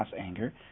anger